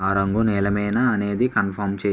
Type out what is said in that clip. ఆ రంగు నీలమేనా అనేది కన్ఫమ్ చేయి